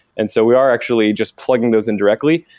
and so we are actually just plugging those indirectly.